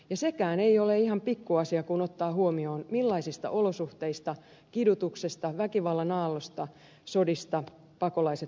sekään ei ole ihan pikkuasia kun ottaa huomioon millaisista olosuhteista kidutuksesta väkivallan aallosta sodista pakolaiset meille tulevat